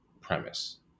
premise